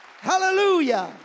Hallelujah